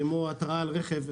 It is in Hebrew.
כמו התרעה על רכב,